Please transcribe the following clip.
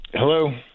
Hello